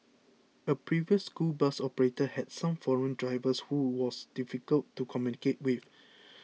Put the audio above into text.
a previous school bus operator had some foreign drivers who was difficult to communicate with